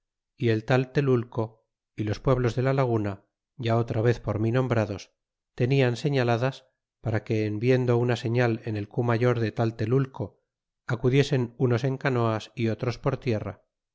y el taltelulco é los pueblos de la laguna ya otra vez por mí nombrados tenian señaladas para que en viendo una señal en el cu mayor de taltelulco acudiesen unos en canoas y otros por tierra